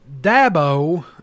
Dabo